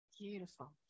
Beautiful